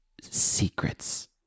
secrets